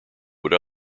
would